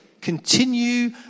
Continue